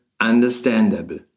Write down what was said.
understandable